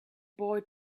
boy